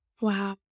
Wow